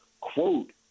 quote